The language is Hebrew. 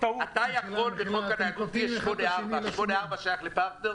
84 שייך לפרטנר,